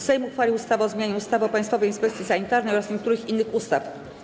Sejm uchwalił ustawę o zmianie ustawy o Państwowej Inspekcji Sanitarnej oraz niektórych innych ustaw.